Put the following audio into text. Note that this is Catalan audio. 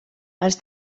els